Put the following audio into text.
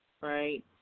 right